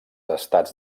estats